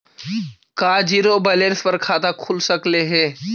का zero balance पर खाता खुल सकले हे?